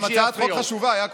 יעקב, זו גם הצעת חוק חשובה, יעקב.